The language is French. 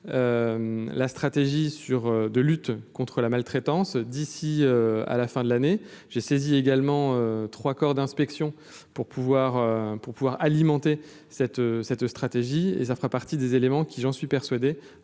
la stratégie sur de lutte contre la maltraitance d'ici à la fin de l'année, j'ai saisi également 3 corps d'inspection pour pouvoir pour pouvoir alimenter cette cette stratégie et ça fera partie des éléments qui, j'en suis persuadé